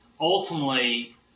Ultimately